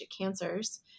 cancers